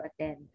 attend